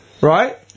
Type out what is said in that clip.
right